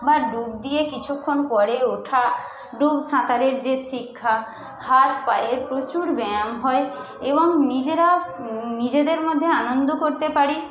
বা ডুব দিয়ে কিছুক্ষণ পরে ওঠা ডুব সাঁতারের যে শিক্ষা হাত পায়ের প্রচুর ব্যায়াম হয় এবং নিজেরা নিজেদের মধ্যে আনন্দ করতে পারি